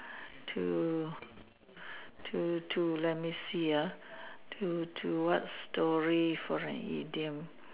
to to to let me see ah to to what story for an idiom